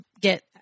get